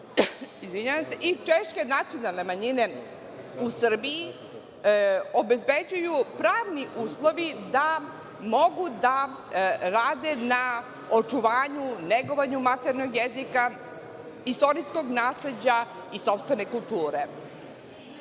i češke nacionalne manjine u Srbiji obezbeđuju pravni uslovi da mogu da rade na očuvanju i negovanju maternjeg jezika, istorijskog nasleđa i sopstvene